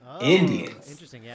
indians